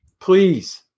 Please